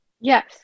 Yes